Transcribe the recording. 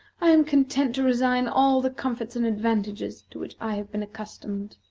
i am content to resign all the comforts and advantages to which i have been accustomed.